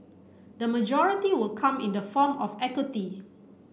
the majority will come in the form of equity